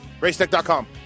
Racetech.com